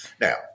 Now